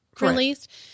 released